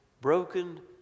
broken